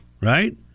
Right